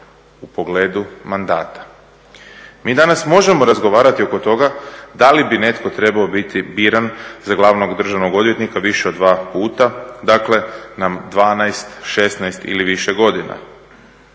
u pogledu mandata. Mi danas možemo razgovarati oko toga da li bi netko trebao biti biran za glavnog državnog odvjetnika više od dva puta, dakle na 12, 16 ili više godina.